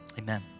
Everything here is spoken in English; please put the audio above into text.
amen